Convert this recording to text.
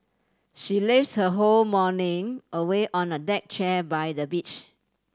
she lazed her whole morning away on a deck chair by the beach